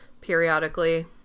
periodically